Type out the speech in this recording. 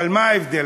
אבל מה ההבדל?